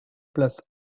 place